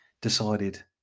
decided